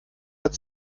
hat